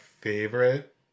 favorite